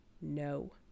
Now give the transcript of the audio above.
no